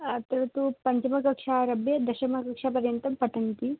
अत्र तु पञ्चमकक्षा आरभ्य दशमकक्षापर्यन्तं पठन्ति